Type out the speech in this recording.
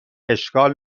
اشکال